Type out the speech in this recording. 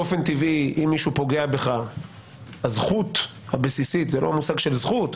באופן טבעי אם מישהו פוגע בך הזכות הבסיסית זו לא מושג של זכות,